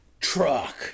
Truck